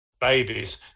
babies